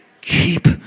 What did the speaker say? Keep